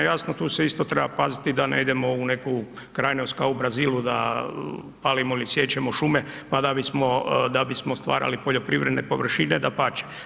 Jasno, tu se isto treba paziti da ne idemo u neku krajnost, kao u Brazilu da palimo ili siječemo šume da bismo stvarali poljoprivredne površine, dapače.